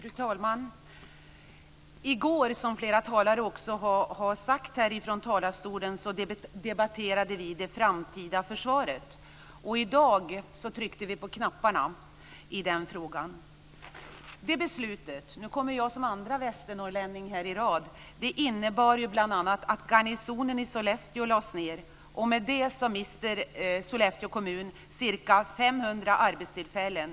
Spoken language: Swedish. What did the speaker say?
Fru talman! Som flera talare redan sagt debatterade vi i går det framtida försvaret. I dag tryckte vi på knapparna i den frågan. Nu kommer jag som andra västernorrlänning i rad, men det beslutet innebar bl.a. att garnisonen i Sollefteå kommun ca 500 arbetstillfällen.